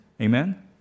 Amen